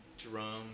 drum